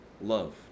love